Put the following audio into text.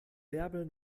bärbel